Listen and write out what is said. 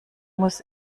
muss